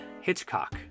Hitchcock